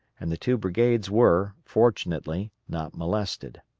and the two brigades were, fortunately, not molested.